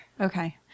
Okay